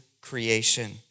creation